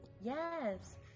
Yes